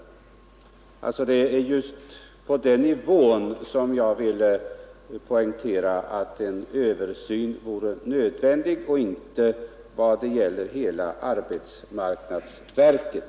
Jag ville alltså poängtera att det är en översyn på den nivån som vore nödvändig, inte en sådan som gäller hela arbetsmarknadsverket.